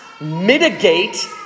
mitigate